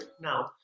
now